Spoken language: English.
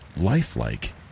lifelike